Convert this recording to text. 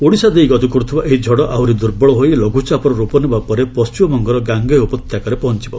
ଓଡ଼ିଶା ଦେଇ ଗତି କରୁଥିବା ଏହି ଝଡ଼ ଆହୁରି ଦୁର୍ବଳ ହୋଇ ଲଘୁଚାପର ରୂପ ନେବା ପରେ ପଣ୍ଟିମବଙ୍ଗର ଗାଙ୍ଗେୟ ଉପତ୍ୟକାରେ ପହଞ୍ଚବ